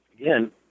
again